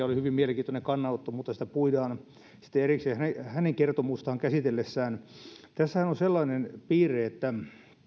oli hyvin mielenkiintoinen kannanotto mutta sitä puidaan sitten erikseen hänen kertomustaan käsiteltäessä tässähän on sellainen piirre että